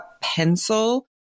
pencil